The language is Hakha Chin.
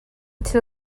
thil